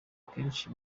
akenshi